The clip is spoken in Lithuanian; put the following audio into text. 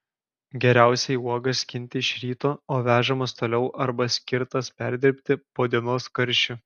geriausiai uogas skinti iš ryto o vežamas toliau arba skirtas perdirbti po dienos karščių